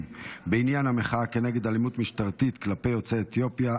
בעניין המחאה כנגד אלימות משטרתית כלפי יוצאי אתיופיה,